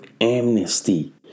amnesty